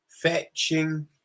Fetching